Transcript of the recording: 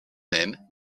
mêmes